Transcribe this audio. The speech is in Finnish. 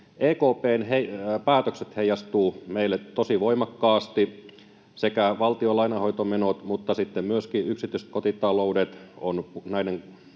EKP:n päätökset heijastuvat meille tosi voimakkaasti. Sekä valtion lainanhoitomenot että sitten myöskin yksityiset kotitaloudet ovat näiden